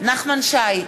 נחמן שי,